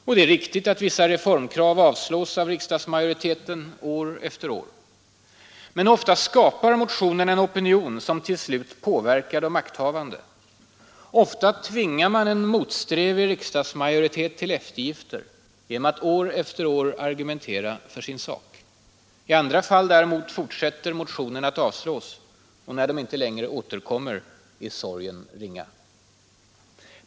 Det är riktigt att vissa reformkrav avslås av riksdagsmajoriteten år efter år. Men ofta skapar motionerna en opinion som till slut påverkar de makthavande. Ofta tvingar man en motsträvig riksdagsmajoritet till eftergifter genom att år efter år argumentera för sin sak. I andra fall däremot fortsätter motionerna att avslås, och när de inte längre återkommer är sorgen ringa.